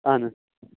اَہَن حظ